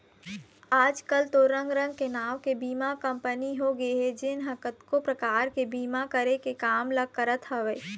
आजकल तो रंग रंग के नांव के बीमा कंपनी होगे हे जेन ह कतको परकार के बीमा करे के काम ल करत हवय